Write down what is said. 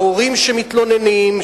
ההורים שמתלוננים,